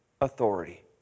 authority